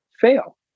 fail